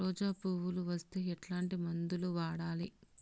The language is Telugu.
రోజా పువ్వులు వస్తే ఎట్లాంటి మందులు వాడాలి?